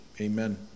Amen